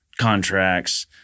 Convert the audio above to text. contracts